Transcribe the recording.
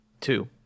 Two